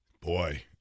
Boy